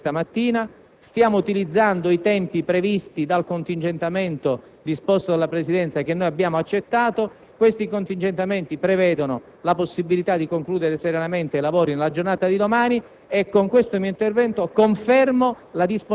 noi abbiamo ridotto già notevolmente gli emendamenti anche questa mattina e stiamo rispettando i tempi previsti dal contingentamento disposto dalla Presidenza. Abbiamo accettato questo contingentamento che prevede la possibilità di concludere serenamente i lavori nella giornata di domani.